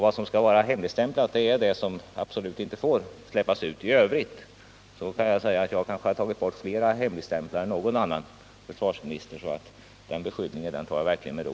Det som skall vara hemligstämplat är det som absolut inte får släppas ut. I övrigt har jag nog tagit bort fler hemligstämplar än någon annan försvarsminister. Den beskyllningen tar jag verkligen med ro.